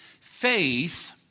Faith